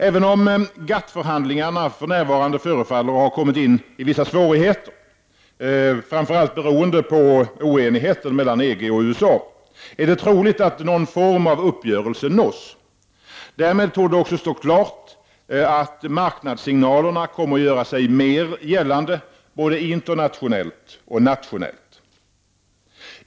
Även om GATT-förhandlingarna för närvarande förefaller att ha kommit in i vissa svårigheter, framför allt beroende på oenigheten mellan EG och USA, är det troligt att någon form av uppgörelse nås. Därmed torde också stå klart att marknadssignalerna kommer att göra sig mer gällande både internationellt och nationellt.